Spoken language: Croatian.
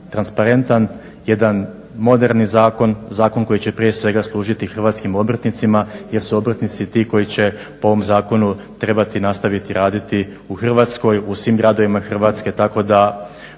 transparentan, jedan moderni zakon, zakon koji će prije svega služiti hrvatskim obrtnicima jer su obrtnici ti koji će po ovom zakonu trebati nastaviti raditi u Hrvatskoj, u svim gradovima Hrvatske. Tako da